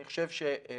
אני חושב שנפגוש